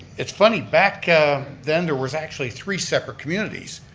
it's funny, back then there was actually three separate communities.